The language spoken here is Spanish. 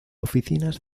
oficinas